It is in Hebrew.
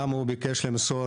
גם הוא ביקש למסור